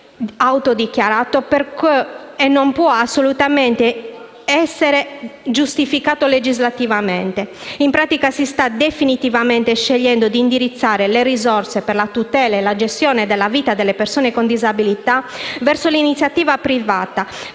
auto dichiarato, che non può assolutamente qualificarsi giuridicamente come tale. In pratica si sta definitivamente scegliendo di indirizzare le risorse per la tutela e la gestione della vita delle persone con disabilità verso l'iniziativa privata